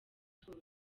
umutuzo